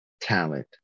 talent